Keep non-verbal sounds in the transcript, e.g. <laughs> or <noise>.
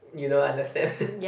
you don't understand <laughs>